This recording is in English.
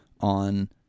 on